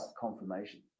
confirmation